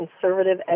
conservative